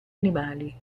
animali